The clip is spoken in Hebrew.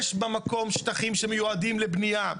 יש במקום שטחים שמיועדים לבניה.